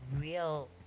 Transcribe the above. real